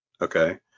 Okay